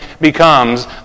becomes